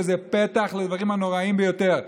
וזה פתח לדברים הנוראיים ביותר.